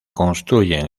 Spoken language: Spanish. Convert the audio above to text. construyen